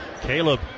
Caleb